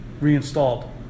Reinstalled